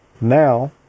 now